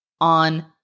on